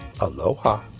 Aloha